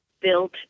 built